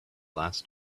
last